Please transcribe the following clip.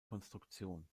konstruktion